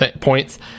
points